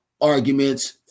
arguments